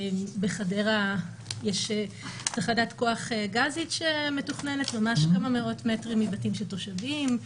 בחדרה יש תחנת כוח גזית שמתוכננת ממש כמה מאות מטרים מבתים של תושבים.